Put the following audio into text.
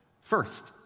First